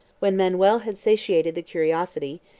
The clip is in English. when manuel had satiated the curiosity,